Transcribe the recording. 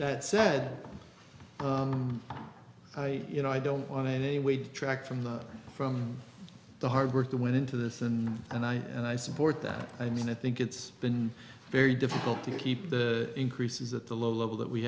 that said i you know i don't want to anyway detract from the from the hard work that went into this and i and i support that i mean i think it's been very difficult to keep the increases at the low level that we